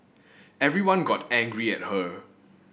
everyone got angry at her